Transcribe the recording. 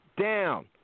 down